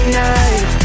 night